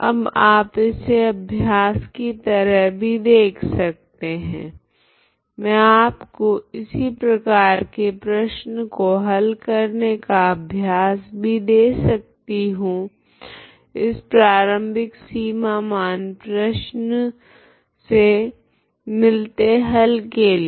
अब आप इसे अभ्यास की तरह भी देख सकते है मैं आपको इसी प्रकार के प्रश्न को हल करने का अभ्यास भी दे सकती हूँ इस प्रारम्भिक सीमा मान प्रश्न से मिलते हल के लिए